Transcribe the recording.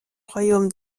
royaume